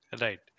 Right